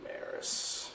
Maris